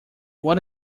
what